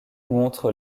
montre